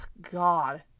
God